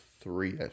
three